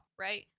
right